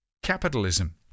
Capitalism